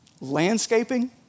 Landscaping